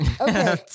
Okay